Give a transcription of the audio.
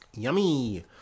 Yummy